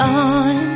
on